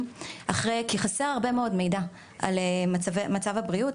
כי חסר הרבה מאוד מידע על מצבי בריאות,